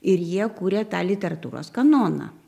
ir jie kuria tą literatūros kanoną